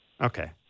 Okay